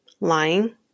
Lying